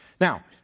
Now